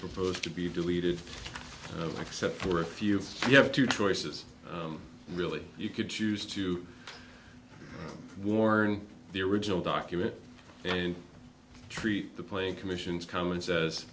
proposed to be deleted except for a few of you have two choices really you could choose to warn the original document and treat the plane commission's comments as